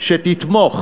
שתתמוך